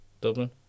Dublin